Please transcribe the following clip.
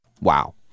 Wow